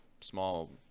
small